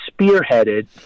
spearheaded